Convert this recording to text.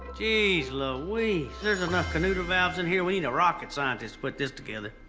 jeez, louise. there's enough canoodle valves in here, we need a rocket scientist put this together.